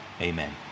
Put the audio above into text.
amen